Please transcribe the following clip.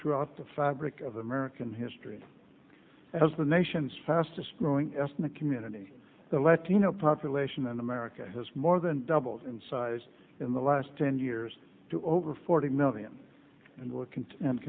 throughout the fabric of american history as the nation's fastest growing ethnic community the latino population in america has more than doubled in size in the last ten years to over forty million and look and and